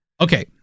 okay